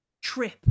trip